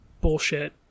bullshit